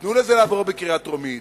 שתיתנו לזה לעבור בקריאה טרומית.